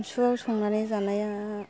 सानसुआव संनानै जानाया